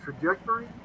trajectory